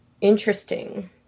Interesting